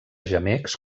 gemecs